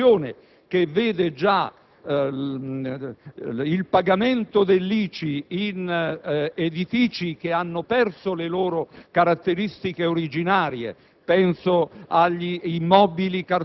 Con quest'opera di razionalizzazione, che vede già il pagamento dell'ICI su edifici che hanno perso le loro caratteristiche originarie